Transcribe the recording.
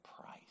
price